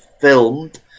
filmed